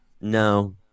No